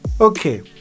okay